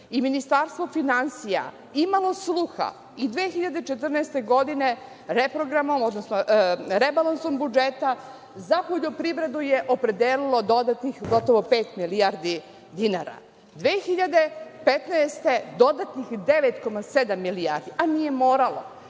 i Ministarstvo finansija imalo sluha i 2014. godine reprogramom, odnosno rebalansom budžeta za poljoprivredu je opredelilo dodatnih gotovo pet milijardi dinara. Godine 2015. dodatnih 9,7 milijardi, a nije moralo.